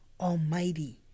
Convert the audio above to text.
Almighty